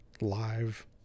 live